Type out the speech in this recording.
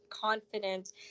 confident